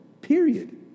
period